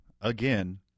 again